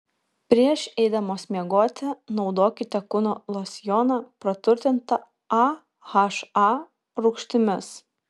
prieš eidamos miegoti naudokite kūno losjoną praturtintą aha rūgštimis